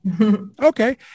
Okay